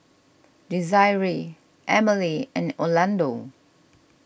Desiree Emile and Orlando